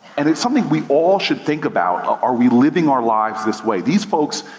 and it's something we all should think about. are we living our lives this way? these folks,